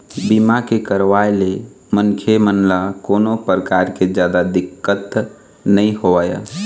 बीमा के करवाय ले मनखे मन ल कोनो परकार के जादा दिक्कत नइ होवय